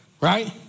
right